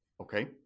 Okay